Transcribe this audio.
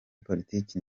politiki